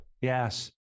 yes